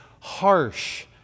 harsh